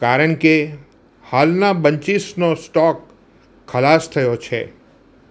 કારણ કે હાલના બન્ચીસનો સ્ટોક ખલાસ થયો છે